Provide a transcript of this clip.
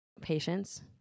patience